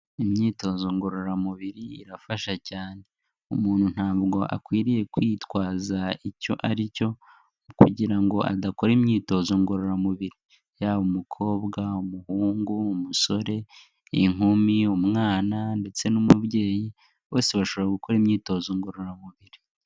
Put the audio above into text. Imyitozo ngororamubiri irafasha cyane, umuntu ntabwo akwiriye kwitwaza icyo ari cyo kugira ngo adakora imyitozo ngororamubiri, yaba umukobwa, umuhungu, umusore, inkumi, umwana ndetse n'umubyeyi, bose bashobora gukora imyitozo ngororamubiri.